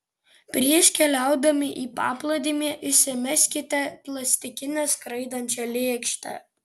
prieš keliaudami į paplūdimį įsimeskite plastikinę skraidančią lėkštę